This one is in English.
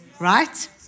right